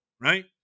right